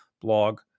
blog